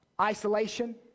isolation